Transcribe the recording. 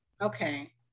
Okay